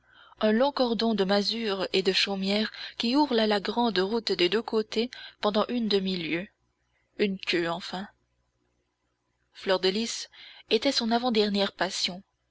un long cordon de masures et de chaumières qui ourle la grande route des deux côtés pendant une demi-lieue une queue enfin fleur de lys était son avant dernière passion